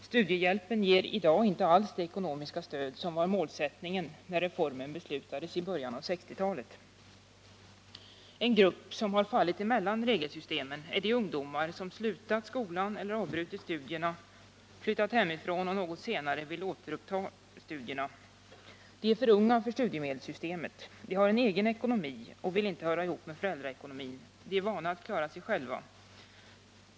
Studiehjälpen ger i dag inte alls det ekonomiska stöd som var målsättningen när reformen beslutades i början av 1960-talet. En grupp som har fallit mellan regelsystemen är de ungdomar som slutat skolan eller avbrutit studierna, flyttat hemifrån och något senare vill återuppta studierna. De är för unga för studiemedelssystemet. De har en egen ekonomi och vill inte höra ihop med föräldraekonomin. De är vana att klara sig själva.